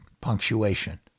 punctuation